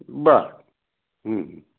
बर